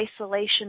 isolation